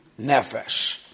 nefesh